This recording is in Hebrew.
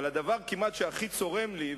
אבל הדבר שכמעט הכי צורם לי,